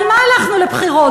על מה הלכנו לבחירות?